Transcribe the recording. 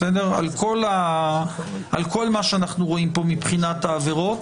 על כול מה שאנחנו רואים פה מבחינת העבירות,